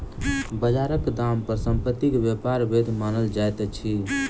बजारक दाम पर संपत्ति के व्यापार वैध मानल जाइत अछि